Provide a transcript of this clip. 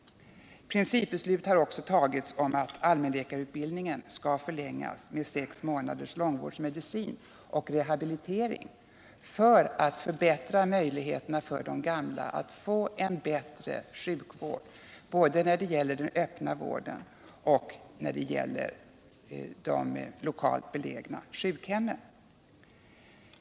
Principbeslut har också tagits om att allmänläkarutbildningen skall förlängas med sex månaders utbildning i långvårdsmedicin och rehabilitering för att förbättra möjligheterna för de gamla att få en bättre sjukvård både i den öppna vården och i de lokalt belägna sjukhemmen.